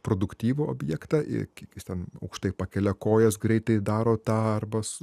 produktyvų objektą ir kiek jis ten aukštai pakelia kojas greitai daro darbas